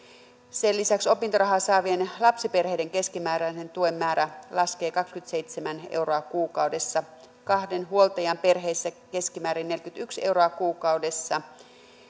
sen lisäksi opintorahaa saavien lapsiperheiden keskimääräisen tuen määrä laskee kaksikymmentäseitsemän euroa kuukaudessa kahden huoltajan perheissä keskimäärin neljäkymmentäyksi euroa kuukaudessa